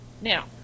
Now